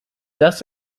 das